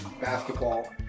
basketball